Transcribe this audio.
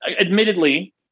admittedly